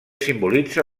simbolitza